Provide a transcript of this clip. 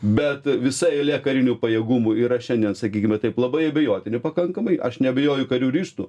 bet visa eilė karinių pajėgumų yra šiandien sakykime taip labai abejotini pakankamai aš neabejoju karių ryžtu